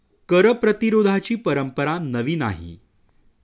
कर प्रतिरोधाची परंपरा नवी नाही